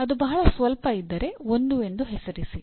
ಅದು ಬಹಳ ಸ್ವಲ್ಪ ಇದ್ದರೆ 1 ಎಂದು ಹೆಸರಿಸಿ